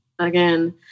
again